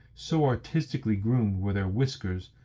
so artistically, groomed were their whiskers,